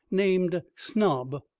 named snob,